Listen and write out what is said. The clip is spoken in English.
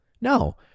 No